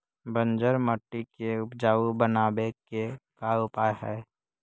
बंजर मट्टी के उपजाऊ बनाबे के का उपाय है?